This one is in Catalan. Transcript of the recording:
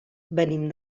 venim